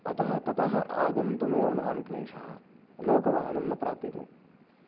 अतः ततः आगन्तुमेव महान् क्लेशः लोकवाहनं न प्राप्यते